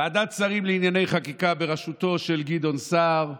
וועדת שרים לענייני חקיקה בראשותו של גדעון סער,